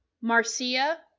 Marcia